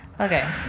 Okay